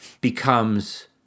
becomes